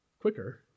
quicker